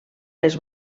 les